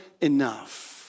enough